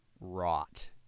rot